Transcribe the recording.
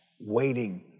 waiting